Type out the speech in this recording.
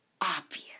obvious